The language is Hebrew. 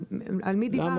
על מי דיברת?